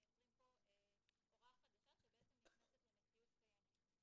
מייצרים פה הוראה חדשה שבעצם נכנסת למציאות קיימת,